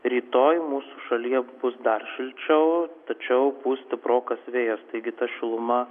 rytoj mūsų šalyje bus dar šilčiau tačiau pūs stiprokas vėjas taigi ta šiluma